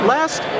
Last